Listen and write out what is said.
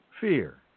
Fear